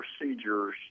procedures